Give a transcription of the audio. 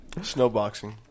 snowboxing